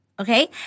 Okay